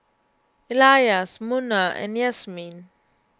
Elyas Munah and Yasmin